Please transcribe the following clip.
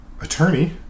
attorney